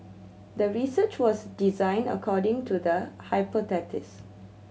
the research was designed according to the hypothesis